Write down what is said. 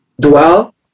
Dwell